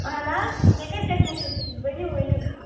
اَہَن حظ مےٚ کَتہِ گژھِ مٔشِتھ تُہُنٛد ؤنِو ؤنِو